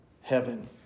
heaven